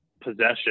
possession